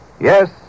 Yes